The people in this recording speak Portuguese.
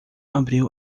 abriu